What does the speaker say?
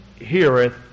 heareth